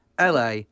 LA